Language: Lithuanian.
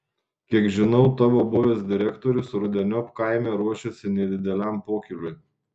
kiek žinau tavo buvęs direktorius rudeniop kaime ruošiasi nedideliam pokyliui